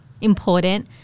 important